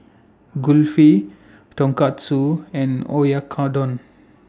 Kulfi Tonkatsu and Oyakodon